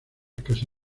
casi